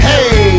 Hey